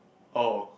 oh